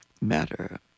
matter